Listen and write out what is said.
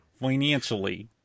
financially